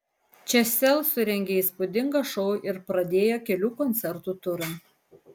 čia sel surengė įspūdingą šou ir pradėjo kelių koncertų turą